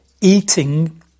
eating